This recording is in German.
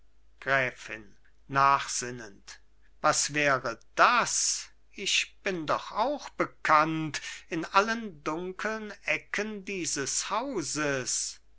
gräfin nachsinnend was wäre das ich bin doch auch bekannt in allen dunkeln ecken dieses hauses